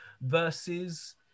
versus